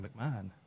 McMahon